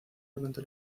durante